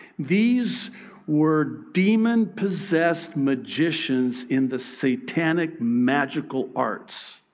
these were demon possessed magicians in the satanic magical arts.